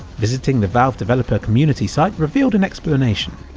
visiting the valve developer community site revealed an explanation.